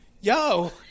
yo